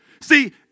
See